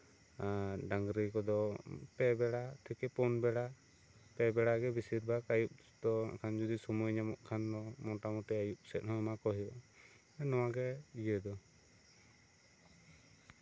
ᱮᱜ ᱰᱟᱝᱨᱤ ᱠᱚᱫᱚ ᱯᱮ ᱵᱮᱲᱟ ᱛᱷᱮᱠᱮ ᱯᱩᱱ ᱵᱮᱲᱟ ᱯᱮ ᱵᱮᱲᱟᱜᱮ ᱵᱮᱥᱤᱨ ᱵᱷᱟᱜ ᱟᱭᱩᱵ ᱫᱚ ᱡᱚᱫᱤ ᱥᱚᱢᱚᱭ ᱧᱟᱢᱚᱜ ᱠᱷᱟᱱ ᱢᱳᱴᱟᱢᱩᱴᱤ ᱟᱭᱩᱵ ᱥᱮᱜ ᱦᱚᱸ ᱮᱢᱟ ᱠᱚ ᱦᱩᱭᱩᱜᱼᱟ ᱱᱚᱣᱟᱜᱮ ᱤᱭᱟᱹ ᱫᱚ